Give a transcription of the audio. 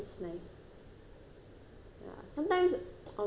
sometimes அவர்கள் வீட்டு:avargal viitu environment also is not conducive